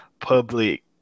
public